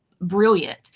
brilliant